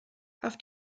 auf